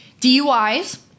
DUIs